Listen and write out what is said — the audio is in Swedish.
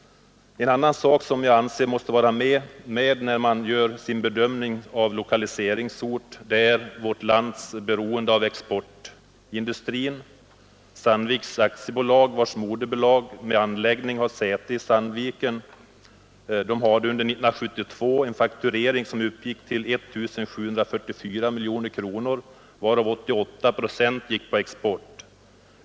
En annan sak som jag anser måste vara med vid bedömningen av lokaliseringsort är vårt lands beroende av exportindustrin. Sandvikens Jernverks AB, vars moderbolag med anläggningar har säte i Sandviken, hade under 1972 en fakturering som uppgick till 1 744 miljoner kronor, varav 88 procent avsåg export.